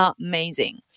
amazing